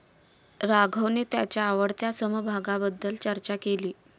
राघवने त्याच्या आवडत्या समभागाबद्दल चर्चा केली